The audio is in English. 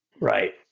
Right